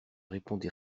répondit